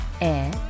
Air